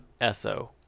Esso